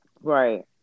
Right